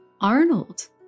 Arnold